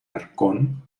arcón